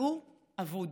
והוא אבוד.